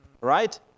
Right